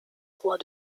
droit